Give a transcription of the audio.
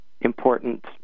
important